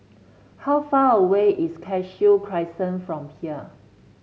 how far away is Cashew Crescent from here